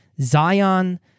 Zion